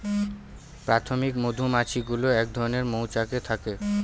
প্রাথমিক মধুমাছি গুলো এক রকমের মৌচাকে থাকে